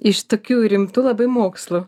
iš tokių rimtų labai mokslų